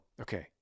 okay